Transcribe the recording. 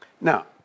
Now